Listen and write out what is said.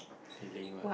delaying what